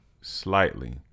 slightly